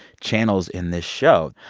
channels in this show.